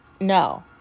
No